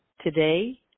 today